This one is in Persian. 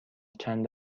چند